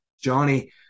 Johnny